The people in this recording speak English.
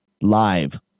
live